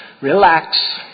relax